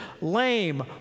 Lame